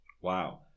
Wow